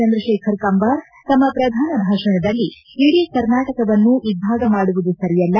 ಚಂದ್ರಶೇಖರ ಕಂಬಾರ ತಮ್ಮ ಪ್ರದಾನ ಭಾಷಣದಲ್ಲಿ ಇಡೀ ಕರ್ನಾಟಕವನ್ನು ಇಬ್ಬಾಗ ಮಾಡುವುದು ಸರಿಯಲ್ಲ